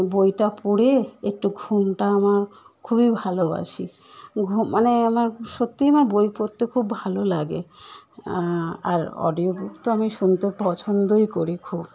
বইটা পড়ে একটু ঘুমটা আমার খুবই ভালোবাসি ঘুম মানে আমার সত্যি আমার বই পড়তে খুব ভালো লাগে আর অডিও বুক তো আমি শুনতে পছন্দই করি খুব